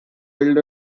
build